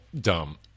dumb